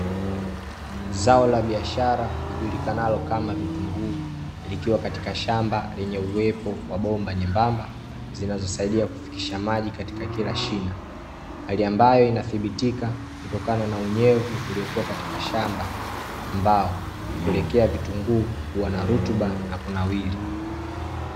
Zao la biashara lijulikanalo kama vitunguu likiwa katika shamba lenye uwepo wa bomba nyembamba, zinazosaidia kufikisha maji katika kila shina, hali ambayo inathibitika kutokana na unyevu uliokua katika shamba, ambao hupelekea vitunguu kuwa na rutuba na kunawiri.